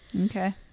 Okay